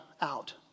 out